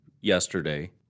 yesterday